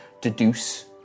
deduce